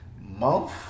month